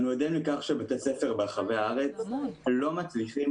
אנו עדים לכך שבתי ספר ברחבי הארץ לא מצליחים